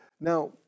Now